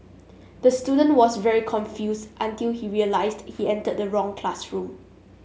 the student was very confused until he realised he entered the wrong classroom